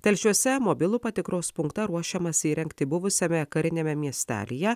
telšiuose mobilų patikros punktą ruošiamasi įrengti buvusiame kariniame miestelyje